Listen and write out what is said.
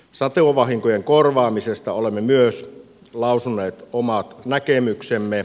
satovahinkojen korvaamisesta olemme myös lausuneet omat näkemyksemme